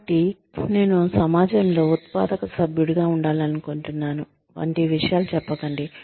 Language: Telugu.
కాబట్టి నేను సమాజంలో ఉత్పాదక సభ్యుడిగా ఉండాలనుకుంటున్నాను వంటి విషయాలు చెప్పకండి